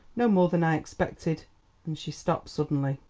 no more than i expected and she stopped suddenly.